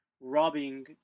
robbing